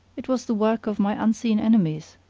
it was the work of my unseen enemies,